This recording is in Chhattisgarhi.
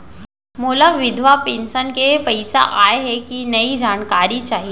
मोला विधवा पेंशन के पइसा आय हे कि नई जानकारी चाही?